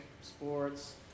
sports